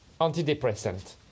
antidepressant